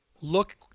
look